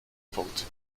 punkt